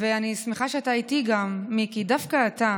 ואני שמחה שגם אתה איתי, מיקי, דווקא אתה.